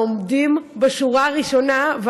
ועומדים בשורה הראשונה,